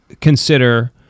consider